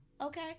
okay